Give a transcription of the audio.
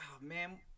man